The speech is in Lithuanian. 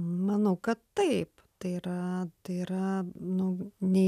manau kad taip tai yra tai yra nu nei